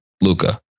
Luca